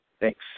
thanks